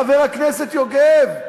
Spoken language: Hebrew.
חבר הכנסת יוגב.